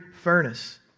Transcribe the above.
furnace